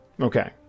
okay